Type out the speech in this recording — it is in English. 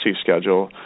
schedule